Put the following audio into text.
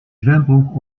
zwembroek